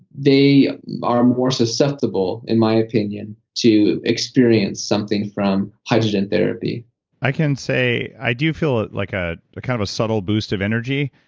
they are more susceptible, in my opinion, to experience something from hydrogen therapy i can say i do feel like a a kind of a subtle boost of energy,